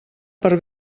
per